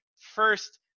first